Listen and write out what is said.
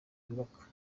byubaka